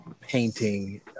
painting